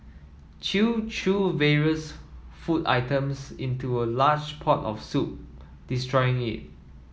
chew threw various food items into a large pot of soup destroying it